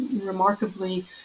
remarkably